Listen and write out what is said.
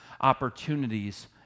opportunities